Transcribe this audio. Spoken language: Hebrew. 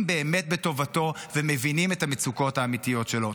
באמת בטובתו ומבינים את המצוקות האמיתיות שלו.